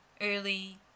early